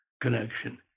connection